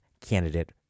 candidate